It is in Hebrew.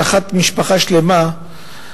שחט משפחה שלמה,